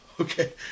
Okay